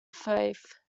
fife